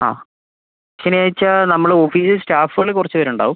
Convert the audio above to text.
ആ ശനിയാഴ്ച നമ്മൾ ഓഫീസിൽ സ്റ്റാഫുകൾ കുറച്ച് പേർ ഉണ്ടാവും